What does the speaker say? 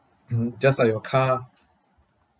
mmhmm just like your car